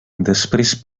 després